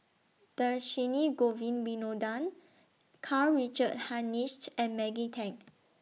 Dhershini Govin Winodan Karl Richard Hanitsch and Maggie Teng